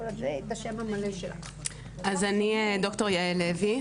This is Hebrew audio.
אני ד"ר יעל לוי.